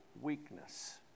weakness